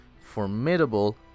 formidable